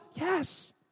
Yes